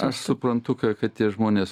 aš suprantu kad tie žmonės